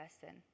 person